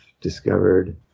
discovered